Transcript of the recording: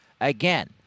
Again